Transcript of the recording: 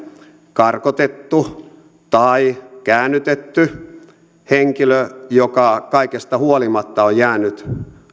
karkotettu tai käännytetty henkilö joka kaikesta huolimatta on jäänyt